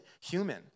human